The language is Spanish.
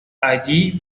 allí